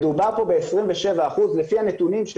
מדובר פה ב-27% לפי הנתונים,